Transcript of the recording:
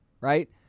right